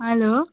hello